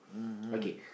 mmhmm